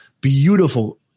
beautiful